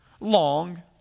long